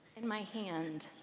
in my hand.